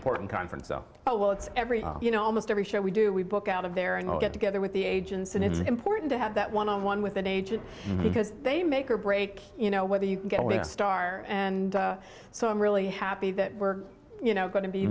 important conference so oh well it's every you know almost every show we do we book out of there and get together with the agents and it's important to have that one on one with an agent because they make or break you know whether you can get a star and so i'm really happy that we're you know going to be